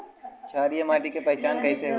क्षारीय माटी के पहचान कैसे होई?